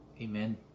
Amen